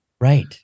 Right